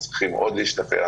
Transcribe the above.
אנחנו צריכים עוד להשתפר,